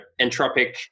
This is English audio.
entropic